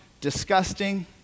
disgusting